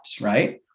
right